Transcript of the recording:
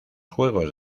juegos